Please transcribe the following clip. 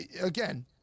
again